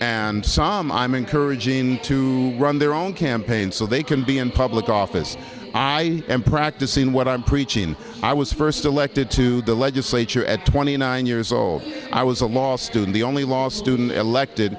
and som i'm encouraging him to run their own campaign so they can be in public office i am practicing what i'm preaching i was first elected to the legislature at twenty nine years old i was a law student the only law student elected